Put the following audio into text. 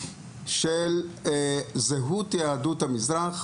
של זהות יהדות המזרח,